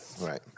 Right